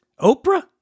Oprah